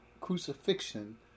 crucifixion